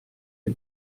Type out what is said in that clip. les